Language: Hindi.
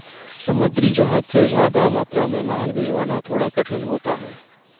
समुद्री जहाज से ज्यादा मात्रा में माल भिजवाना थोड़ा कठिन होता है